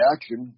action